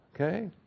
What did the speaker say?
Okay